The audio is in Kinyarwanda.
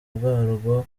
bwarwo